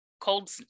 cold